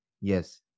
yes